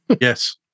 Yes